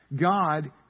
God